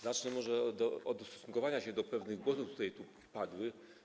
Zacznę może od ustosunkowania się do pewnych głosów, które tutaj padły.